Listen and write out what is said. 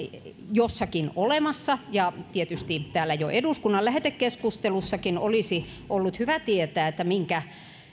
jossakin olemassa ja tietysti jo täällä eduskunnan lähetekeskustelussakin olisi ollut hyvä tietää